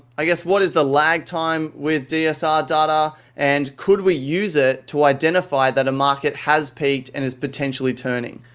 ah what is the lag time with dsr data and could we use it to identify that a market has peaked and is potentially turning?